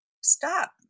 stop